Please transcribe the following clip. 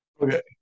okay